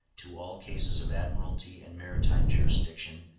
to all cases of admiralty and maritime jurisdiction,